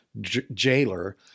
jailer